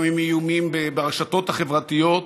לפעמים איומים ברשתות החברתיות,